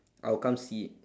I'll come see it